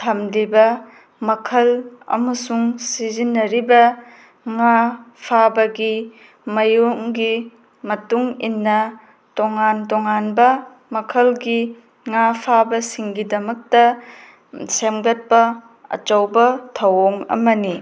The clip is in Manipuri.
ꯊꯝꯂꯤꯕ ꯃꯈꯜ ꯑꯃꯁꯨꯡ ꯁꯤꯖꯤꯟꯅꯔꯤꯕ ꯉꯥ ꯐꯥꯕꯒꯤ ꯃꯌꯨꯡꯒꯤ ꯃꯇꯨꯡ ꯏꯟꯅ ꯇꯣꯉꯥꯟ ꯇꯣꯉꯥꯟꯕ ꯃꯈꯜꯒꯤ ꯉꯥ ꯐꯥꯕꯁꯤꯡꯒꯤꯗꯃꯛꯇ ꯁꯦꯝꯒꯠꯄ ꯑꯆꯧꯕ ꯊꯧꯑꯣꯡ ꯑꯃꯅꯤ